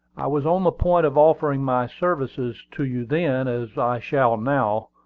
i was on the point of offering my services to you then, as i shall now,